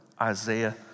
Isaiah